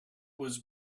was